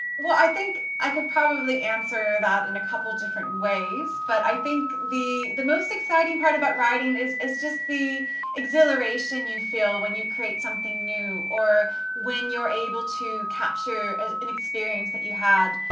i think i could probably answer that in a couple of different ways, but i think the the most exciting part about writing is is just the exhilaration you feel when you create something new, or when you're able to capture an experience that you had,